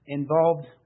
involved